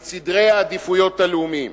את סדרי העדיפויות הלאומיים,